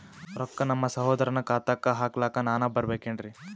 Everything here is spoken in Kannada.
ರೊಕ್ಕ ನಮ್ಮಸಹೋದರನ ಖಾತಾಕ್ಕ ಹಾಕ್ಲಕ ನಾನಾ ಬರಬೇಕೆನ್ರೀ?